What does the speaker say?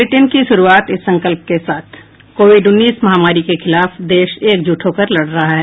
bulletin की शुरूआत इस संकल्प के साथ कोविड उन्नीस महामारी के खिलाफ देश एकजुट होकर लड़ रहा है